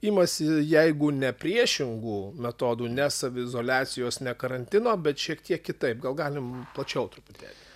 imasi jeigu ne priešingų metodų ne saviizoliacijos ne karantino bet šiek tiek kitaip gal galim plačiau truputėlį